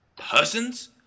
Persons